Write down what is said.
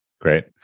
Great